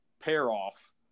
pair-off